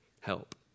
help